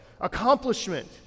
Accomplishment